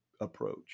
approach